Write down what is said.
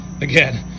again